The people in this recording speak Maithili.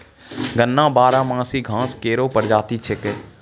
गन्ना बारहमासी घास केरो प्रजाति छिकै